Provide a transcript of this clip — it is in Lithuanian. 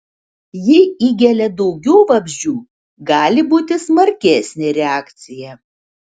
jei įgelia daugiau vabzdžių gali būti smarkesnė reakcija